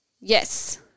Yes